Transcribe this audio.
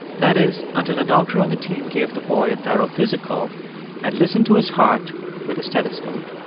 that is, until a doctor on the team gave the boy a thorough physical and listened to his heart with a stethoscope